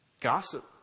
Gossip